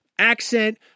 Accent